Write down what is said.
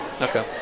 Okay